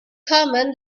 common